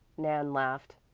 nan laughed.